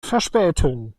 verspätung